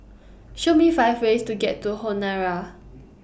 Show Me five ways to get to Honiara